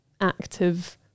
active